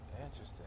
interesting